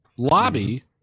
Lobby